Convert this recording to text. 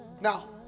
Now